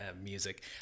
music